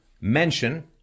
Mention